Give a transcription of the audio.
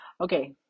Okay